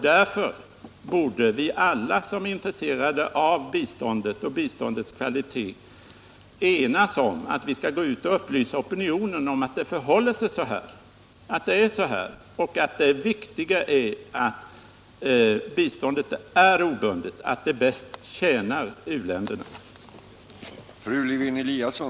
Därför borde alla som är intresserade av biståndet och biståndets kvalitet enas om att vi skall upplysa opinionen om att det förhåller sig så och att det är viktigt att biståndet är obundet, därför att detta bättre tjänar u-ländernas intressen.